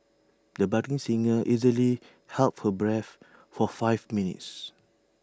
the budding singer easily held her breath for five minutes